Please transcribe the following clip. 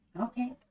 Okay